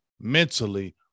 Mentally